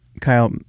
Kyle